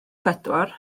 bedwar